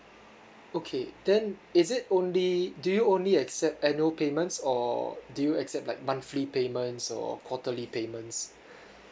okay then is it only do you only accept annual payments or do you accept like monthly payments or quarterly payments